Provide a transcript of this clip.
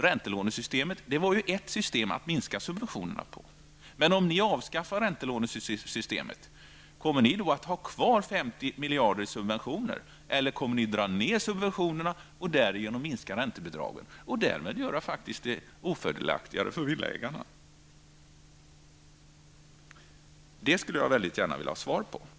Räntelånesystemet var ett sätt att minska subventionerna på. Om ni nu avskaffar räntelånesystemet, kommer ni att ha kvar 50 miljarder i subventioner eller kommer ni att dra ner subventionerna och därigenom minska räntebidragen? Då gör ni det faktiskt ofördelaktigare för villaägarna. Det skulle jag väldigt gärna ha svar på.